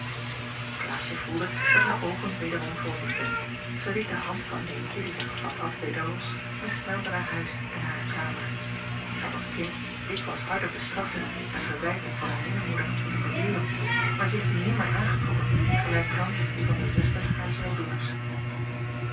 klaasje voelde dat haar oogen wederom vol liepen zij liet de hand van leentje die zij gevat had weder los en snelde naar huis en naar haar kamer zij had als kind dikwijls harde bestraffingen en verwijten van haar minnemoeder moeten verduren maar zich die nimmer aangetrokken gelijk thans die van de zuster haars weldoeners